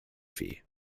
fee